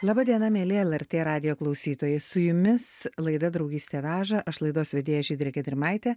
laba diena mieli lrt radijo klausytojai su jumis laida draugystė veža aš laidos vedėja žydrė gedrimaitė